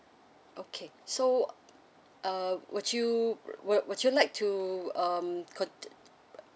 okay so uh would you would would you like to um cont~